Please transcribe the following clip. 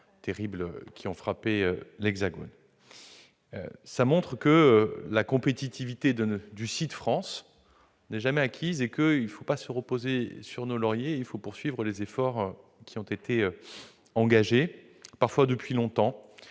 terribles qui ont frappé l'Hexagone. Cela montre que la compétitivité du site France n'est jamais acquise et qu'il ne faut pas se reposer sur nos lauriers, qu'il faut poursuivre les efforts qui ont été engagés, parfois depuis longtemps,